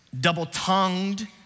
double-tongued